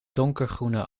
donkergroene